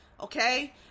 okay